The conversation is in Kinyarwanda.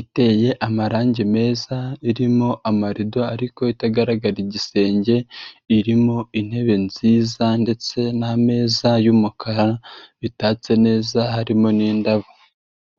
iteye amarangi meza irimo amarido ariko itagaragara igisenge, irimo intebe nziza ndetse n'ameza y'umukara bitatse neza harimo n'indabo.